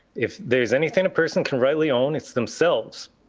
if there's anything a person can rightly own, it's themselves.